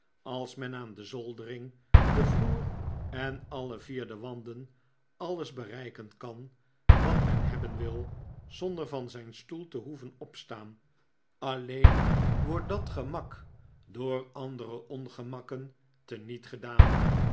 als men aan de zoldering den vloer en alle vier de wanden alles bereiken kan wat men hebben wil zonder van zijn stoel te hoeven op te staan alleen wordt dat gemak door andere ongemakken te niet gedaan